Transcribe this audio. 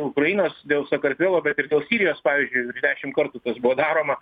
ukrainos dėl sakartvelo bet ir dėl sirijos pavyzdžiui dešim kartų tas buvo daroma